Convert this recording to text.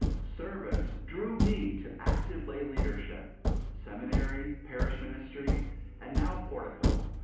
service drew me to active lay leadership seminary, parish ministry and now portico,